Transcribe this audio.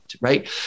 right